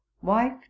wife